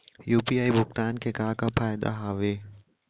UPI भुगतान के का का फायदा हावे?